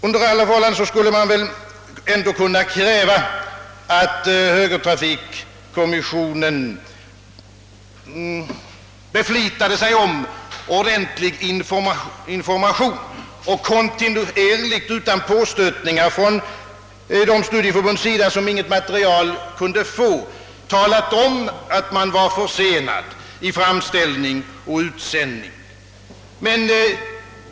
Under alla förhållanden skulle man väl kunna kräva att högertrafikkommissionen beflitade sig om ordentlig information och kontinuerligt, utan påstötningar från de studieförbund som inget material kunde få, talade om att den var försenad med framställning och utsändning.